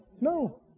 No